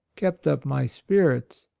kept up my spirits,